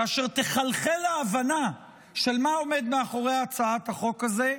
כאשר תחלחל ההבנה של מה עומד מאחורי הצעת החוק הזאת,